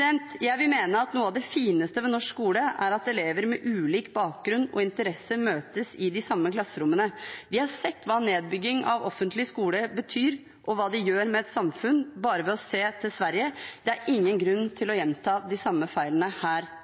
Jeg mener at noe av det fineste ved norsk skole er at elever med ulik bakgrunn og ulike interesser møtes i de samme klasserommene. Vi har sett hva nedbygging av den offentlige skolen betyr, og hva det gjør med et samfunn, bare ved å se til Sverige. Det er ingen grunn til å gjenta de samme feilene her